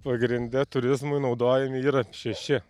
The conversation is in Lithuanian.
pagrinde turizmui naudojami yra šeši